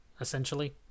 essentially